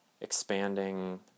expanding